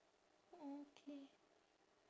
orh okay